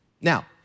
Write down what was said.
Now